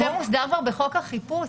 זה מוסדר כבר ב"חוק החיפוש",